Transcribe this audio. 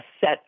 set